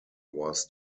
was